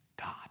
God